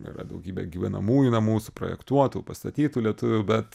yra daugybė gyvenamųjų namų suprojektuotų pastatytų lietuvių bet